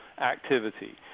activity